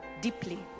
deeply